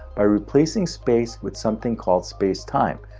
by replacing space with something called space-time,